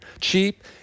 cheap